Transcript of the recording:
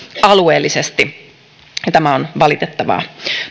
alueellisesti ja tämä on valitettavaa